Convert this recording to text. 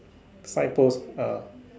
side pose uh